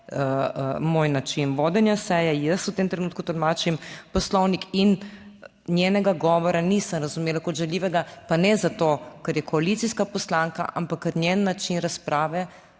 moj način vodenja seje jaz v tem trenutku tolmačim Poslovnik in njenega govora nisem razumela kot žaljivega, pa ne zato, ker je koalicijska poslanka, ampak ker njen način razprave